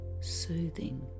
Soothing